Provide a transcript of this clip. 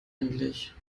endlich